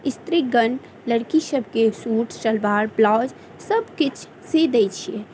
स्त्रीगण लड़की सभके सूट सलवार ब्लाउज सब किछु सी दै छियै